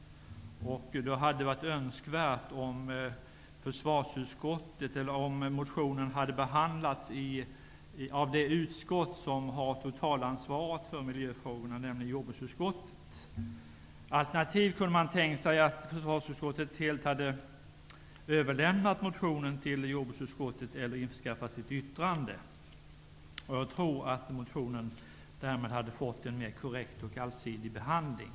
Det hade varit önskvärt att motionen hade behandlats av det utskott som har totalansvaret för miljöfrågorna, nämligen jordbruksutskottet. Alternativt hade man kunnat tänka sig att försvarsutskottet helt hade överlämnat motionen till jordbruksutskottet eller införskaffat ett yttrande. Jag tror att motionen därmed hade fått en mer korrekt och allsidig behandling.